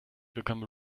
become